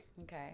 Okay